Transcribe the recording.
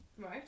right